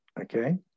okay